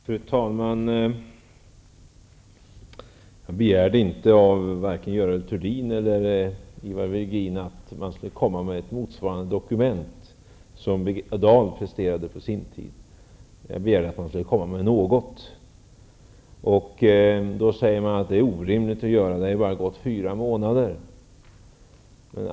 Fru talman! Jag har inte begärt vare sig av Görel Thurdin eller av Ivar Virgin att de skall komma med ett dokument motsvarande det som Birgitta Dahl presterade när hon ansvarade för dessa frågor. Vad jag begärde var att de skulle komma med något. Men man säger att det är en omöjlighet, eftersom det bara har gått fyra månader sedan regeringen tillträdde.